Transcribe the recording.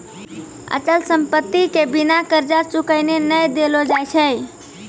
अचल संपत्ति के बिना कर्जा चुकैने नै देलो जाय छै